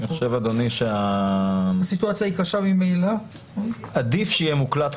אדוני, אני חושב שעדיף שהכול יהיה מוקלט.